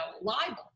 libel